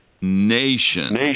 nation